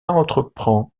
entreprend